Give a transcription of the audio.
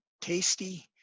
tasty